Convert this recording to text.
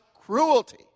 cruelty